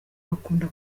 bakunda